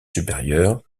supérieur